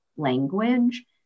language